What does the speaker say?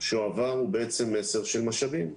שהועבר הוא בעצם מסר של משאבים.